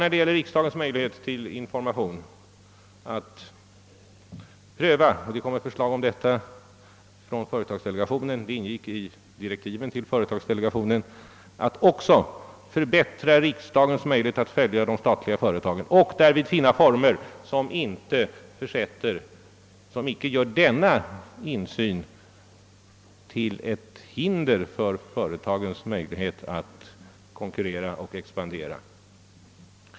När det gäller riksdagens möjligheter till information kommer företagsdelegationen, i vilkens direktiv detta uppdrag ingick, att lägga fram ett förslag. Vi ämnar pröva förutsättningarna för att förbättra riksdagens möjligheter att följa de statliga företagen och skall därvid söka finna former, som icke gör denna insyn till ett hinder för företagens möjlighet att konkurrera och expandera.